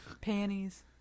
Panties